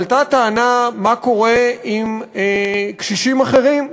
עלתה טענה: מה קורה עם קשישים אחרים?